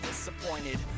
Disappointed